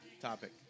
topic